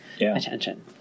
attention